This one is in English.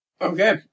Okay